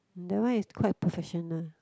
that one is quite professional